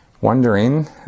wondering